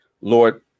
Lord